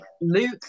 Luke